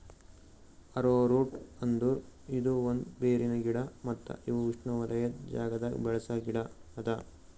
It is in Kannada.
ಅರೋರೂಟ್ ಅಂದುರ್ ಇದು ಒಂದ್ ಬೇರಿನ ಗಿಡ ಮತ್ತ ಇವು ಉಷ್ಣೆವಲಯದ್ ಜಾಗದಾಗ್ ಬೆಳಸ ಗಿಡ ಅದಾ